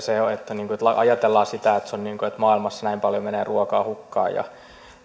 ajatellaan sitä että maailmassa näin paljon menee ruokaa hukkaan